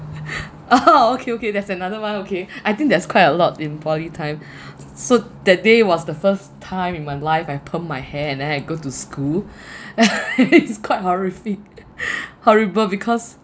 oh okay okay there's another one okay I think there's quite a lot in poly time so that day was the first time in my life I permed my hair and then I go to school it's quite horrific horrible because